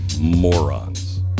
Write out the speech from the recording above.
morons